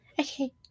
Okay